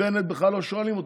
ובנט, בכלל לא שואלים אותו.